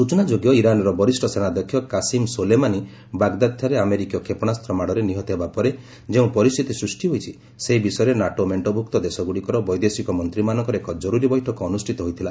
ସୂଚନା ଯୋଗ୍ୟ ଯେ ଇରାନର ବରିଷ୍ଠ ସେନାଧ୍ୟକ୍ଷ କାସିମ୍ ସୋଲେମାନି ବାଗଦାଦଠାରେ ଆମେରିକୀୟ କ୍ଷେପଣାସ୍ତ୍ର ମାଡ଼ରେ ନିହତ ହେବା ପରେ ଯେଉଁ ପରିସ୍ଥିତି ସୃଷ୍ଟି ହୋଇଛି ସେ ବିଷୟରେ ନାଟୋ ମେଣ୍ଟଭୁକ୍ତ ଦେଶଗୁଡ଼ିକର ବୈଦେଶିକ ମନ୍ତ୍ରୀମାନଙ୍କର ଏକ ଜରୁରି ବୈଠକ ଅନୁଷ୍ଠିତ ହୋଇଥିଲା